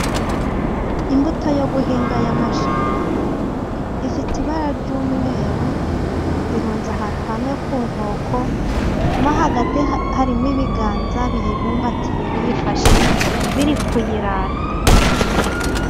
Imbuto yo guhinga ya majeri, ifite ibara ry'umweru, irunze ahantu hamwe ku nkoko, mwo hagati harimo ibiganza biyibumbatiye, biyifashe biri kuyirata.